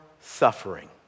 suffering